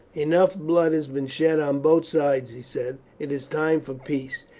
enough blood has been shed on both sides, he said. it is time for peace.